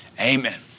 Amen